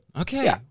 Okay